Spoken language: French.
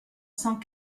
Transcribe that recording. cent